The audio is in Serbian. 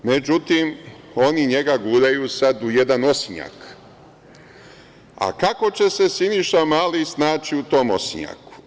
Međutim, oni njega guraju sad u jedan osinjak, a kako će se Siniša Mali snaći u tom osinjaku?